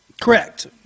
Correct